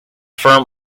firm